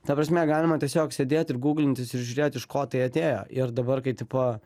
ta prasme galima tiesiog sėdėt ir gūglintis ir žiūrėt iš ko tai atėjo ir dabar kai tipo